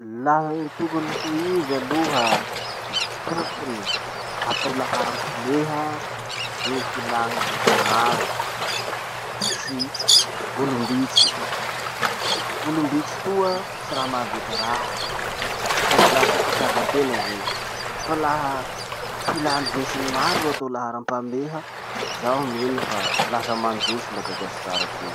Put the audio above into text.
Laha gny tokony ho izy aloha, tokony atao laharam-pahameha ny filàn'ny be sy ny maro fa tsy olom-bitsy. Olom-bitsy toa tsy raha mahavita raha sady lasa fitiavan-tena zay. Fa laha filan'ny be sy ny maro ro atao laharam-pahameha, zaho mino fa lasa mandro madagasikara toy.